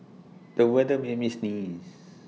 the weather made me sneeze